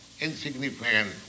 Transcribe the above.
insignificant